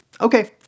Okay